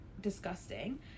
disgusting